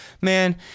Man